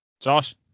Josh